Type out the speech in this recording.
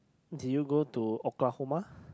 did you go to Oklahoma